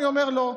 אני אומר לא.